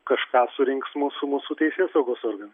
kažką surinks mūsų mūsų teisėsaugos organai